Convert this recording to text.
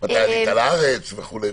מתי עלית לארץ וכולי.